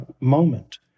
moment